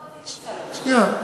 שנייה.